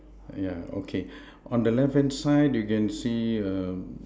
ah ya okay on the left hand side you can see a